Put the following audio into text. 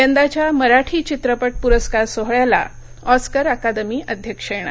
यंदाच्या मराठी चित्रपट पुरस्कार सोहळ्याला ऑस्कर अकादमी अध्यक्ष येणार